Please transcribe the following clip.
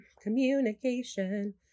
Communication